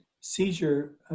seizure